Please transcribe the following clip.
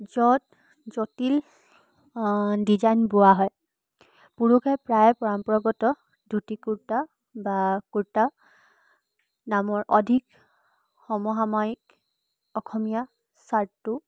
য'ত জটিল ডিজাইন বোৱা হয় পুৰুষে প্ৰায় পৰম্পৰাগত ধুতি কুৰ্তা বা কুৰ্তা নামৰ অধিক সমসাময়িক অসমীয়া শ্ৱাৰ্টটো